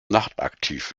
nachtaktiv